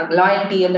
loyalty